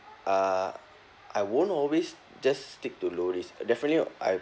uh I won't always just stick to lower risk definitely I